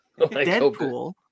Deadpool